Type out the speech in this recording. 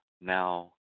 now